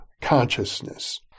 consciousness